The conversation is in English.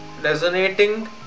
resonating